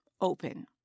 Open